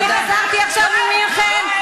אני חזרתי עכשיו ממינכן.